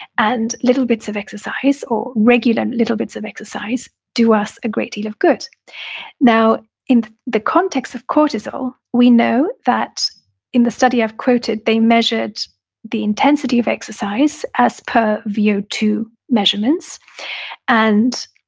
and little bits of exercise or regular little bits of exercise do us a great deal of good now, in the context of cortisol, we know that in the study i've quoted, they measured the intensity of exercise as per v o two measurements and